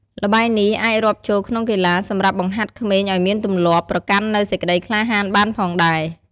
ល្បែងនេះ អាចរាប់ចូលក្នុងកីឡាសម្រាប់បង្ហាត់ក្មេងឲ្យមានទំលាប់ ប្រកាន់នូវសេចក្តីក្លាហានបានផងដែរ ។